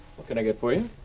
what can i get for you?